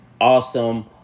awesome